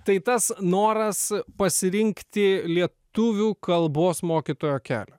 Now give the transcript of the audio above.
tai tas noras pasirinkti lietuvių kalbos mokytojo kelią